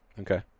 okay